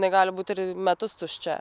jinai gali būt ir metus tuščia